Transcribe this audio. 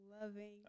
loving